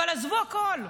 אבל עזבו הכול,